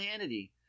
Hannity